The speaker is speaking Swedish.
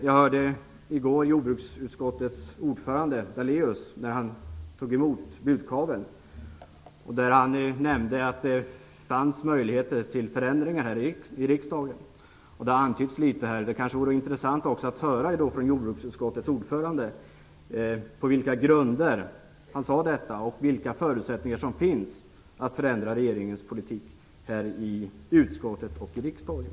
Jag hörde i går jordbruksutskottets ordförande Daléus uttala sig när han tog emot budkavlen. Han nämnde då att det finns möjligheter till förändringar här i riksdagen, vilket också har antytts litet här i debatten. Det vore intressant att höra från jordbruksutskottets ordförande på vilka grunder han sade detta och vilka förutsättningar som finns att förändra regeringens politik i utskottet och i kammaren.